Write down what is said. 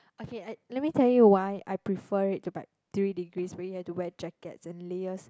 okay I let me tell you why I prefer it to by three degrees where you have to wear jackets and layers